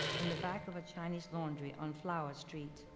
in the back of a chinese laundry on flower street,